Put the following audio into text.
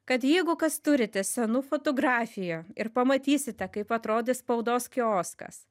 kad jeigu kas turite senų fotografijų ir pamatysite kaip atrodė spaudos kioskas